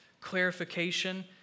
clarification